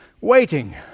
waiting